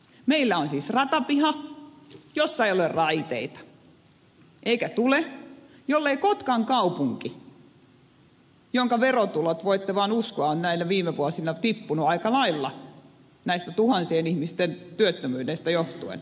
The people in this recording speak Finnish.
meillä on siis ratapiha jossa ei ole raiteita eikä tule jollei kotkan kaupunki jonka verotulot voitte vaan uskoa ovat näinä viime vuosina tippuneet aika lailla tuhansien ihmisten työttömyydestä johtuen niitä maksa